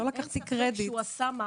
אין ספק שהוא עשה מהפכה.